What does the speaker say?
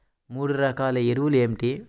మూడు రకాల ఎరువులు ఏమిటి?